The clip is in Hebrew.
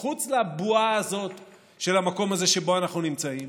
מחוץ לבועה הזאת של המקום הזה שבו אנחנו נמצאים,